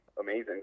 amazing